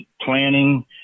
planning